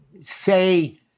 say